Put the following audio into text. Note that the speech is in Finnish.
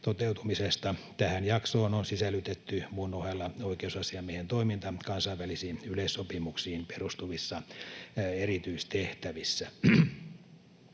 Tähän jaksoon on sisällytetty muun ohella oikeusasiamiehen toiminta kansainvälisiin yleissopimuksiin perustuvissa erityistehtävissä.